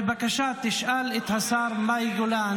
בבקשה תשאל את השרה מאי גולן